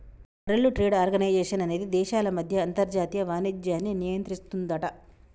world trade organization అనేది దేశాల మధ్య అంతర్జాతీయ వాణిజ్యాన్ని నియంత్రిస్తుందట